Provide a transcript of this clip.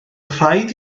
rhaid